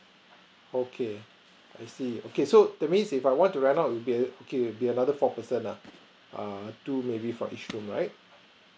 okay I see okay so that means if I want to rent out it'll be okay it'll be another four person uh err two maybe for each room right